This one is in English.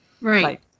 Right